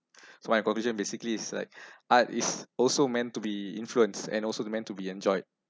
so my conclusion basically is like art is also meant to be influence and also they meant to be enjoyed